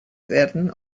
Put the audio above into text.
werden